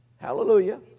Hallelujah